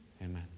Amen